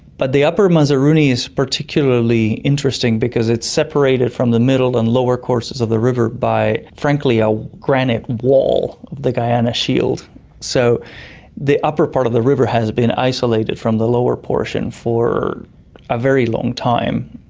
but the upper mazaruni is particularly interesting because it's separated from the middle and lower courses of the river by frankly a granite wall, the guyana shield. so the upper part of the river has been isolated from the lower portion for a very long time.